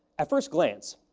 at first glance,